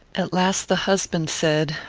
at last the husband said,